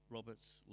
Robert's